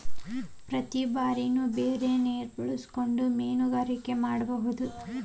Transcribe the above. ಪ್ರತಿ ಬಾರಿನು ಬೇರೆ ನೇರ ಬಳಸಕೊಂಡ ಮೇನುಗಾರಿಕೆ ಮಾಡುದು